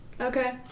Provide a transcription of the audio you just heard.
Okay